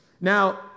Now